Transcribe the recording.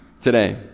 today